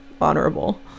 honorable